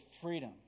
freedom